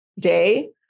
day